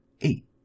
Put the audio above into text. Eight